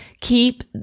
Keep